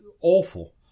awful